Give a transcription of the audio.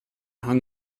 hang